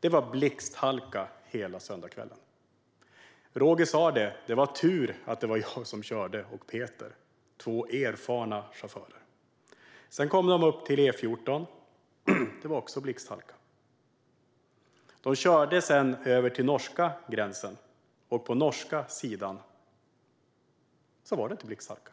Det var blixthalka hela söndagskvällen. Roger sa: Det var tur att det var jag och Peter, två erfarna chaufförer, som körde. Sedan kom de upp till E14. Där var det också blixthalka. De körde vidare över den norska gränsen, och på den norska sidan var det inte blixthalka.